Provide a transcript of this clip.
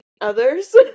others